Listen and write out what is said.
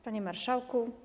Panie Marszałku!